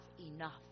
enough